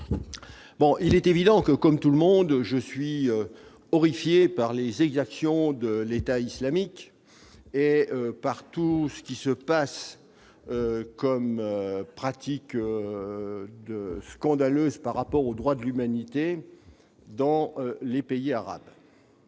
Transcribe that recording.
il est évident que comme tout le monde je suis horrifié par les exactions de l'État islamique et par tout ce qui se passe comme pratique de scandaleuse par rapport au droit de l'humanité dans les pays arabes,